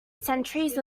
centuries